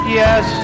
yes